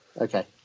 Okay